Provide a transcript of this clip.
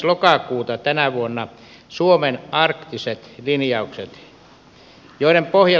lokakuuta tänä vuonna suomen arktiset linjaukset joiden pohje